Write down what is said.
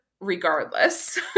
regardless